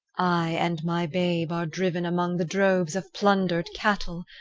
i and my babe are driven among the droves of plundered cattle.